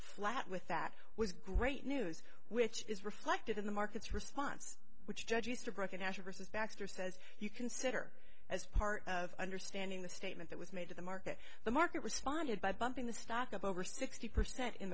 flat with that was great news which is reflected in the markets response which judge easterbrook a national versus baxter says you consider as part of understanding the statement that was made to the market the market responded by bumping the stock up over sixty percent in